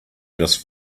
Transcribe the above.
just